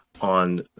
on